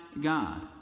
God